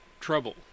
trouble